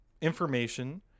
information